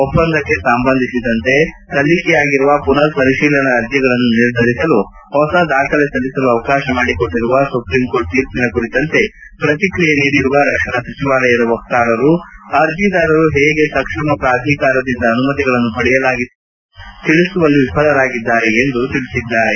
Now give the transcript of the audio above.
ಒಪ್ಪಂದಕ್ಕೆ ಸಂಬಂಧಿಸಿದಂತೆ ಸಲ್ಲಿಕೆಯಾಗಿರುವ ಮನರ್ ಪರಿಶೀಲನ ಅರ್ಜಿಗಳನ್ನು ನಿರ್ಧರಿಸಲು ಹೊಸ ದಾಖಲೆ ಸಲ್ಲಿಸಲು ಅವಕಾಶ ಮಾಡಿಕೊಟ್ಟಿರುವ ಸುಪ್ರೀಂ ಕೋರ್ಟ್ ತೀರ್ಖಿನ ಕುರಿತಂತೆ ಪ್ರತಿಕ್ರಿಯಿಸಿರುವ ರಕ್ಷಣಾ ಸಚಿವಾಲಯ ವಕ್ತಾರರು ಅರ್ಜಿದಾರರು ಪೇಗೆ ಸಕ್ಷಮ ಪ್ರಾಧಿಕಾರದಿಂದ ಅನುಮತಿಗಳನ್ನು ಪಡೆಯಲಾಗಿದೆ ಎಂಬ ಸಂಗತಿಗಳನ್ನು ತಿಳಿಸುವಲ್ಲಿ ವಿಫಲರಾಗಿದ್ದಾರೆ ಎಂದು ತಿಳಿಸಿದ್ದಾರೆ